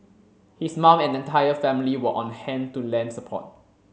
his mum and entire family were on hand to lend support